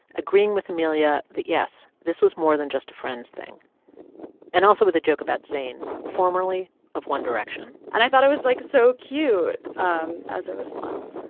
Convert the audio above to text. agreeing with amelia that, yes, this was more than just a friends thing and also with a joke about zayn, formerly of one direction and i thought it was, like, so cute um as a response.